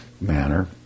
manner